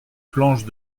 planches